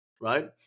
right